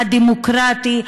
הדמוקרטי,